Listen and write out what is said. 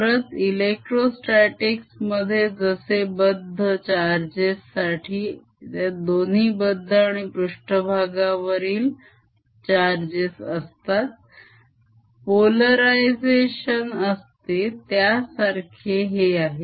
परत electrostatics मध्ये जसे बद्ध charges साठी त्यात दोन्ही बद्ध आणि पृष्ठभागावरील charges असतात polarization असते त्यासारखे हे आहे